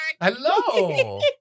Hello